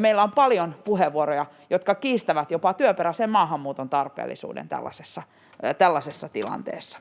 meillä on paljon puheenvuoroja, jotka kiistävät jopa työperäisen maahanmuuton tarpeellisuuden tällaisessa tilanteessa.